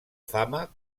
fama